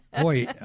Boy